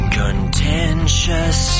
contentious